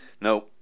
No